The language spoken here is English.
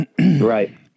right